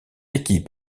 équipe